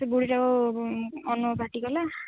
ସେ ବୁଢ଼ୀଟାକୁ ଅନଉ ଫାଟିଗଲା